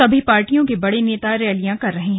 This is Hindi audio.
सभी पार्टियों के बड़े नेता रैलियां कर रहे हैं